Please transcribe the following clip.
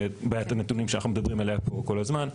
ובעיית הנתונים שאנחנו מדברים עליה פה כל הזמן,